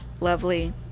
lovely